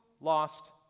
Lost